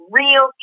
real